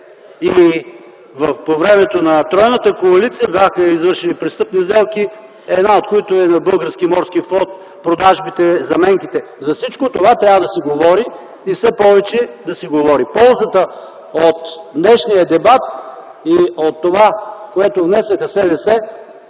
и по времето на тройната коалиция бяха извършени престъпни сделки, една от които е на Български морски флот – продажбите, заменките. За всичко това трябва да се говори и все повече да се говори. Ползата от днешния дебат и от това, което внесоха СДС, тоест